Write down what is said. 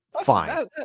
Fine